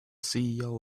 ceo